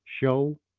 show